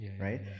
right